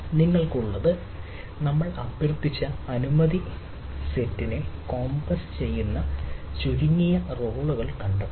നിങ്ങൾക്കുള്ളത് നമ്മൾ അഭ്യർത്ഥിച്ച അനുമതി സെറ്റിനെ കോമ്പസ് ചെയ്യുന്ന ചുരുങ്ങിയ റോളുകൾ കണ്ടെത്തുന്നു